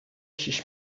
شیش